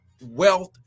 wealth